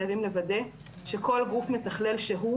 חייבים לוודא שכל גוף מתכלל שהוא,